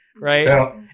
right